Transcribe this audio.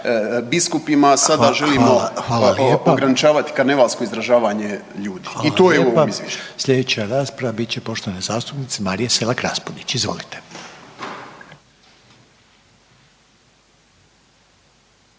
biskupima, a sada želimo ograničavati karnevalsko izražavanje ljudi i to je u ovom Izvješću. **Reiner, Željko (HDZ)** Hvala lijepa. Sljedeća rasprava bit će poštovane zastupnice Marije Selak Raspudić. Izvolite.